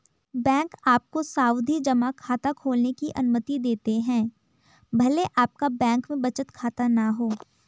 bank आपको सावधि जमा खाता खोलने की अनुमति देते हैं भले आपका बैंक में बचत खाता न हो